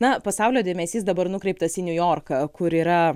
na pasaulio dėmesys dabar nukreiptas į niujorką kur yra